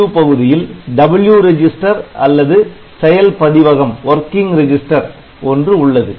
ALU பகுதியில் 'W' register அல்லது செயல் பதிவகம் ஒன்று உள்ளது